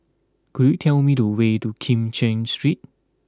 could you tell me the way to Kim Cheng Street